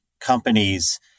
companies